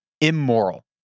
immoral